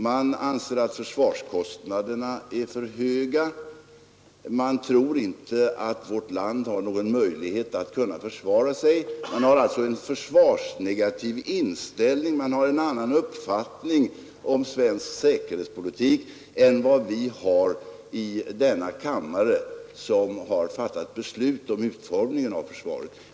De anser att försvarskostnaderna är för höga och tror inte att vårt land har någon möjlighet att kunna försvara sig. De har en försvarsnegativ inställning och en annan uppfattning om svensk säkerhetspolitik än vi har i denna kammare, vi som fattat beslut om utformningen av försvaret.